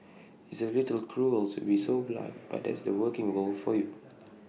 it's A little cruel to be so blunt but that's the working world for you